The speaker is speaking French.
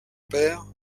père